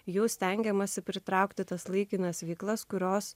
jos stengiamasi pritraukti tas laikinas veiklas kurios